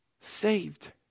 Saved